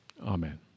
Amen